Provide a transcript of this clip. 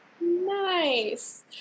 Nice